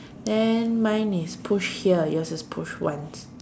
then mine is push here yours is push once